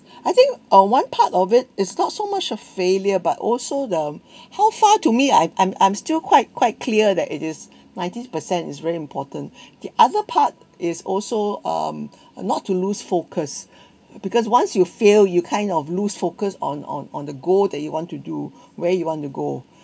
I think um one part of it is not so much of failure but also the how far to me I'm I'm I'm still quite quite clear that it is ninety percent is really important the other part is also um not to lose focus because once you fail you kind of lose focus on on on the goal that you want to do where you want to go